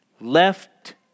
Left